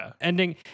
ending